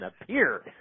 appear